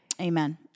Amen